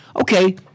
Okay